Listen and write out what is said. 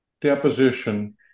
deposition